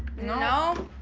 no.